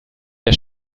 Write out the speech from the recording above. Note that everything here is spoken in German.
der